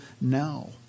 now